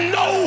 no